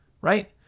Right